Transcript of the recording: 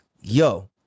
yo